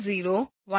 8 0